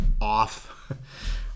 off